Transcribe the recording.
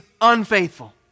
unfaithful